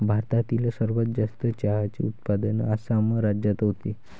भारतातील सर्वात जास्त चहाचे उत्पादन आसाम राज्यात होते